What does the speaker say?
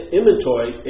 inventory